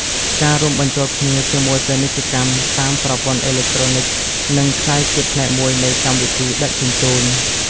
ការរួមបញ្ចូលគ្នាជាមួយពាណិជ្ជកម្មតាមប្រព័ន្ធអេឡិចត្រូនិច នឹងក្លាយជាផ្នែកមួយនៃកម្មវិធីដឹកជញ្ជូន។